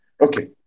Okay